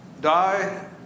die